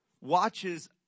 watches